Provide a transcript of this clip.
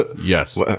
yes